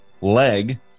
leg